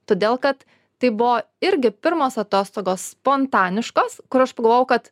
todėl kad tai buvo irgi pirmos atostogos spontaniškos kur aš pagalvojau kad